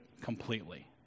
completely